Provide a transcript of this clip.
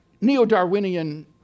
neo-Darwinian